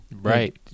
Right